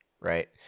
right